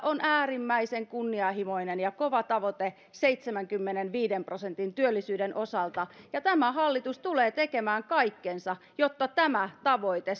on äärimmäisen kunnianhimoinen ja kova tavoite seitsemänkymmenenviiden prosentin työllisyyden osalta ja tämä hallitus tulee tekemään kaikkensa jotta tämä tavoite